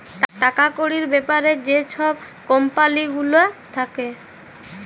টাকা কড়ির ব্যাপারে যে ছব কম্পালি গুলা থ্যাকে